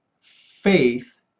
faith